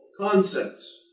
concepts